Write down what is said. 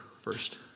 first